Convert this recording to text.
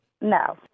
No